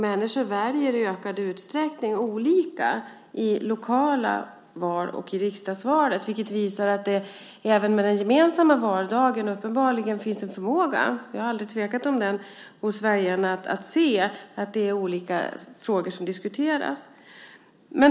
Människor väljer i ökad utsträckning olika i lokala val och i riksdagsvalet, vilket visar att det även med den gemensamma valdagen uppenbarligen finns en förmåga - jag har aldrig tvekat om den - hos väljarna att se att det är olika frågor som diskuteras.